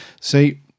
See